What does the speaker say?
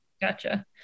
Gotcha